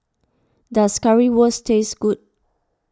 does Currywurst taste good